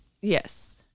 Yes